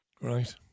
Right